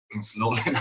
slowly